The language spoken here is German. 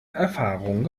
erfahrung